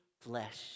flesh